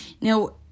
now